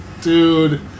dude